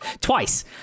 Twice